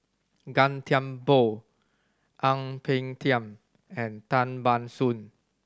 Gan Thiam Poh Ang Peng Tiam and Tan Ban Soon